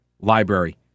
Library